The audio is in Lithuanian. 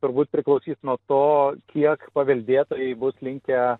turbūt priklausys nuo to kiek paveldėtojai būti linkę